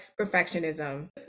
perfectionism